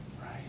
Right